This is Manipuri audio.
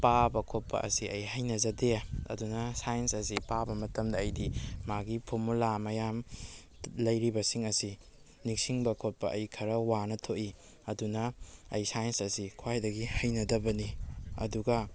ꯄꯥꯕ ꯈꯣꯠꯄ ꯑꯁꯤ ꯑꯩ ꯍꯩꯅꯖꯗꯦ ꯑꯗꯨꯅ ꯁꯥꯏꯟꯁ ꯑꯁꯤ ꯄꯥꯕ ꯃꯇꯝꯗ ꯑꯩꯗꯤ ꯃꯥꯒꯤ ꯐꯣꯔꯃꯨꯂꯥ ꯃꯌꯥꯝ ꯂꯩꯔꯤꯕꯁꯤꯡ ꯑꯁꯤ ꯅꯤꯡꯁꯤꯡꯕ ꯈꯣꯠꯄ ꯑꯩ ꯈꯔ ꯋꯥꯅ ꯊꯣꯛꯏ ꯑꯗꯨꯅ ꯑꯩ ꯁꯥꯏꯟꯁ ꯑꯁꯤ ꯈ꯭ꯋꯥꯏꯗꯒꯤ ꯍꯩꯅꯗꯕꯅꯤ ꯑꯗꯨꯒ